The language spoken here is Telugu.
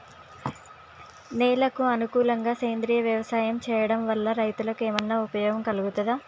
నేలకు అనుకూలంగా సేంద్రీయ వ్యవసాయం చేయడం వల్ల రైతులకు ఏమన్నా ఉపయోగం కలుగుతదా?